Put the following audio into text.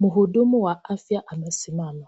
Mhudumu wa afya amesimama.